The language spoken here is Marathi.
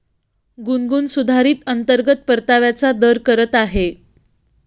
गुनगुन सुधारित अंतर्गत परताव्याचा दर करत आहे